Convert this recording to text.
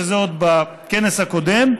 שזה עוד בכנס הקודם,